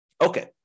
Okay